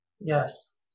Yes